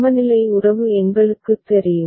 சமநிலை உறவு எங்களுக்குத் தெரியும்